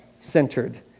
centered